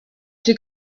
czy